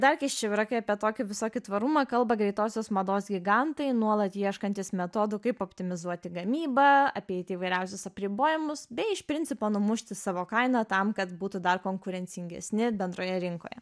dar keisčiau yra kai apie tokį visokį tvarumą kalba greitosios mados gigantai nuolat ieškantys metodų kaip optimizuoti gamybą apeiti įvairiausius apribojimus bei iš principo numušti savo kainą tam kad būtų dar konkurencingesni bendroje rinkoje